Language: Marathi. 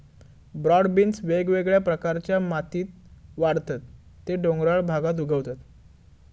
ब्रॉड बीन्स वेगवेगळ्या प्रकारच्या मातीत वाढतत ते डोंगराळ भागात उगवतत